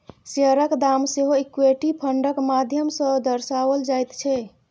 शेयरक दाम सेहो इक्विटी फंडक माध्यम सँ दर्शाओल जाइत छै